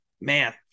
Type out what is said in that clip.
man